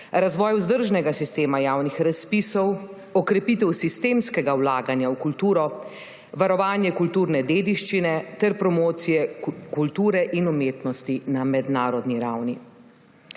razvoj vzdržnega sistema javnih razpisov, okrepitev sistemskega vlaganja v kulturo, varovanje kulturne dediščine ter promocijo kulture in umetnosti na mednarodni ravni.